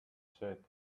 said